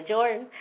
Jordan